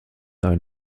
einen